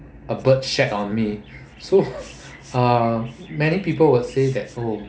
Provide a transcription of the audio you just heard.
a bird shat on me so uh many people will say that oh